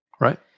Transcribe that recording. Right